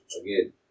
Again